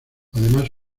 además